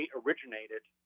originated